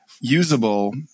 usable